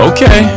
Okay